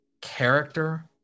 character